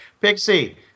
Pixie